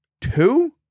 two